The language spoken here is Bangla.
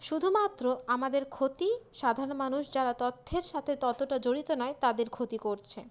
শুধুমাত্র আমাদের ক্ষতি সাধারণ মানুষ যারা তথ্যের সাথে ততটা জড়িত নয় তাদের ক্ষতি করছে